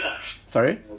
Sorry